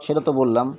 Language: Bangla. সেটা তো বললাম